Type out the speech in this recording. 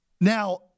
Now